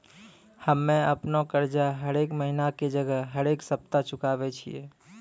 हम्मे अपनो कर्जा हरेक महिना के जगह हरेक सप्ताह चुकाबै छियै